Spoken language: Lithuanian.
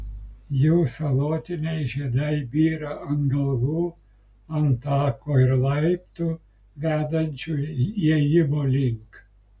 jų salotiniai žiedai byra ant galvų ant tako ir laiptų vedančių įėjimo link